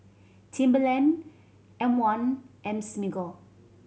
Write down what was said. Timberland M One and Smiggle